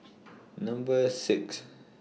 Number six